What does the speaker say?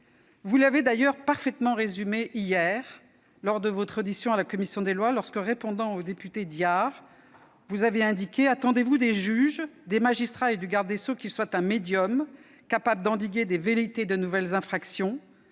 Vous l'avez d'ailleurs parfaitement résumé hier, lors de votre audition devant la commission des lois de l'Assemblée nationale lorsque, répondant au député Diard, vous avez indiqué :« Attendez-vous des juges, des magistrats et du garde des sceaux qu'ils soient un médium capable d'endiguer des velléités de nouvelles infractions ?[